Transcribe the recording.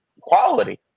quality